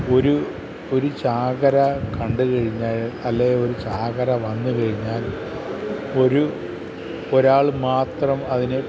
ഒരു ഒരു ചാകര കണ്ടു കഴിഞ്ഞാൽ അല്ലെങ്കിൽ ഒരു ചാകര വന്ന് കഴിഞ്ഞാൽ ഒരു ഒരാൾ മാത്രം അതിനെ